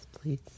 please